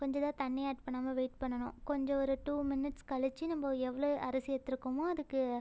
கொஞ்சம் நேரம் தண்ணி ஆட் பண்ணாமல் வெயிட் பண்ணணும் கொஞ்சம் ஒரு டூ மினிட்ஸ் கழித்து நம்ம எவ்வளோ அரிசி எடுத்துருக்கோமா அதுக்கு